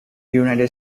united